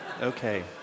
Okay